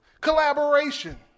Collaboration